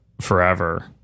forever